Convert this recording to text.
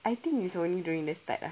I think it's only during the start ah